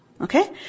Okay